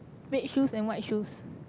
red shoes and white shoes